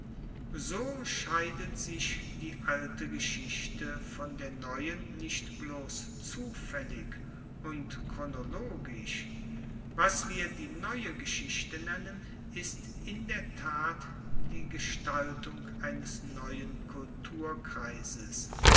so scheidet sich die alte geschichte von der neuen nicht bloss zufaellig und chronologisch was wir die neue geschichte nennen ist in der tat die gestaltung eines neuen kulturkreises